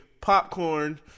popcorn